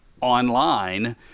online